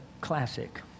classic